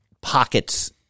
pockets